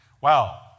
Wow